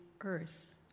earth